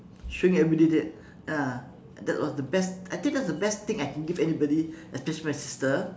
showing everybody that ah that was the best I think that is the best thing I can give anybody especially my sister